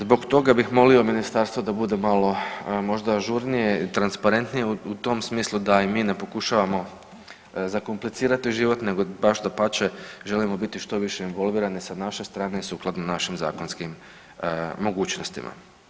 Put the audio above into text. Zbog toga bih molio ministarstvo da bude malo možda ažurnije i transparentnije u tom smislu da i mi ne pokušavamo zakomplicirati život nego baš dapače želimo biti što više involvirani s naše strane i sukladno našim zakonskim mogućnostima.